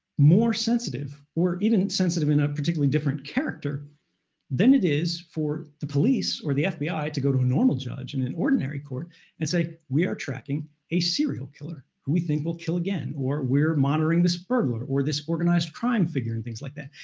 more sensitive, or even sensitive in a particular different character than it is for the police or the fbi to go to a normal judge, in an ordinary court and say, we are tracking a serial killer who we think will kill again, or we're monitoring this burglar or this organized crime figure, and things like that?